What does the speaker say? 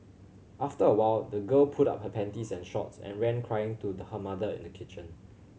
after a while the girl pulled up her panties and shorts and ran crying to her mother in the kitchen